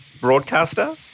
broadcaster